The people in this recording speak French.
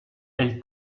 elle